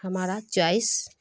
ہمارا چوائس